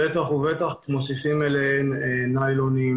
בטח ובטח כשמוסיפים עליהם ניילונים